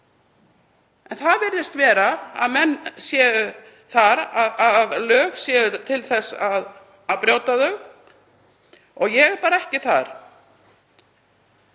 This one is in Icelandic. En það virðist vera að menn séu þar, að lög séu til að brjóta þau. Ég er ekki þar.